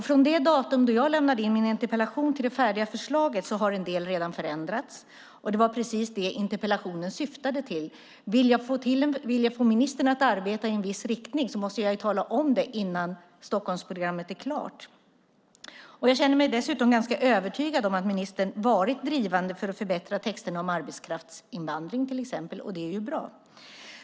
Från det datum då jag lämnade in min interpellation till det färdiga förslaget har en del redan förändrats, och det var precis det interpellationen syftade till - vill jag få ministern att arbeta i en viss riktning måste jag ju tala om det innan Stockholmsprogrammet är klart. Jag känner mig dessutom ganska övertygad om att ministern har varit drivande för att förbättra texterna om till exempel arbetskraftsinvandring, och det är ju bra.